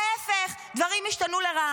ההפך, דברים השתנו לרעה.